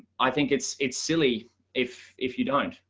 i think it's, it's silly if if you don't,